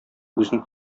үзенең